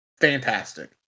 fantastic